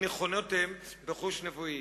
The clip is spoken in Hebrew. ניחנתם בחוש נבואי.